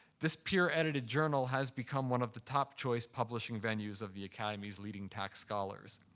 this peer-edited journal has become one of the top-choice publishing venues of the academy's leading tax scholars.